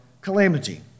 calamity